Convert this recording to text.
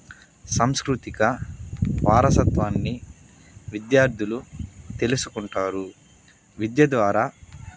సంస్కృతిక వారసత్వాన్ని విద్యార్థులు తెలుసుకుంటారు విద్య ద్వారా